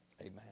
amen